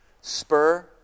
spur